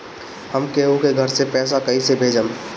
हम केहु के घर से पैसा कैइसे भेजम?